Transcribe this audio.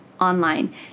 online